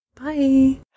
Bye